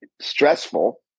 stressful